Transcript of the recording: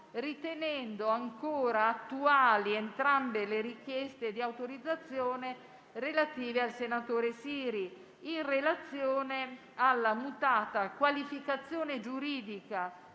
ritenendo ancora attuali entrambe le richieste di autorizzazione relative al senatore Siri in relazione alla mutata qualificazione giuridica